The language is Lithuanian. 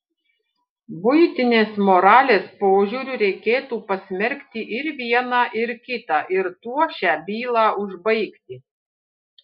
buitinės moralės požiūriu reikėtų pasmerkti ir vieną ir kitą ir tuo šią bylą užbaigti